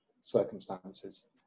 circumstances